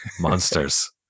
Monsters